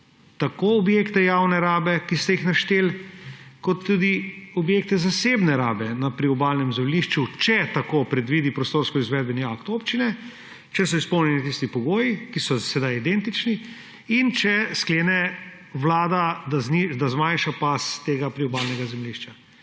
tako objekte javne rabe, ki ste jih našteli, kot tudi objekte zasebne rabe na priobalnem zemljišču, če tako predvidi prostorski izvedbeni akt občine, če so izpolnjeni tisti pogoji, ki so sedaj identični, in če sklene Vlada, da zmanjša pas tega priobalnega zemljišča.